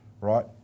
right